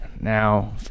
Now